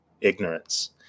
ignorance